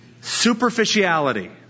superficiality